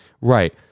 Right